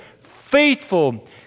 faithful